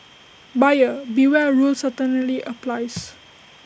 buyer beware rule certainly applies